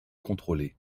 contrôlés